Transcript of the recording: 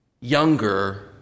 younger